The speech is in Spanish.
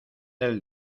del